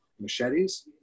machetes